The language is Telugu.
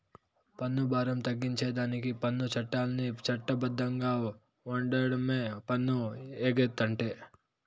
పన్ను బారం తగ్గించేదానికి పన్ను చట్టాల్ని చట్ట బద్ధంగా ఓండమే పన్ను ఎగేతంటే